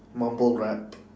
mumble rap